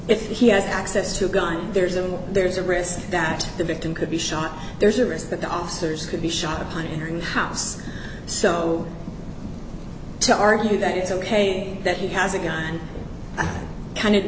if he has access to a gun there's a there's a risk that the victim could be shot there's a risk that the officers could be shot upon entering the house so to argue that it's ok that he has a gun and kind